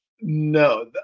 No